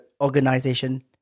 organization